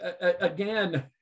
again